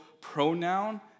pronoun